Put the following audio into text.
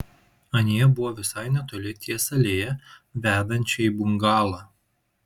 anie buvo visai netoli ties alėja vedančia į bungalą